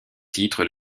titre